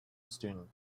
student